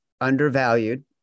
Undervalued